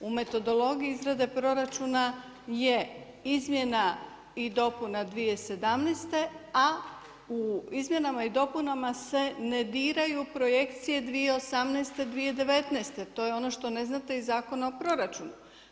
U metodologiji izrade proračuna je izmjena i dopuna 2017. a u izmjenama i dopunama se ne diraju projekcije 2018., 2019. to je ono što ne znate iz Zakona o proračunu.